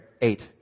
eight